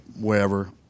wherever